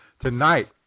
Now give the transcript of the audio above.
tonight